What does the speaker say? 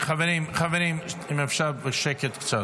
חברים, אם אפשר, קצת שקט.